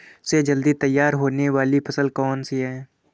सबसे जल्दी तैयार होने वाली फसल कौन सी है?